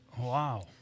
Wow